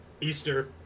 easter